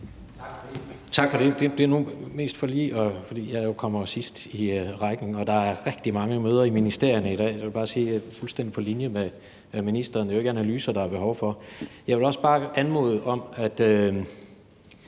Tak for det. Jeg tager nu mest ordet, fordi jeg kommer sidst i ordførerrækken og der er rigtig mange møder i ministerierne i dag, og jeg vil bare sige, at jeg er fuldstændig på linje med ministeren i, at det ikke er analyser, der er behov for. Jeg vil også bare anmode om, at